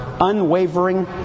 unwavering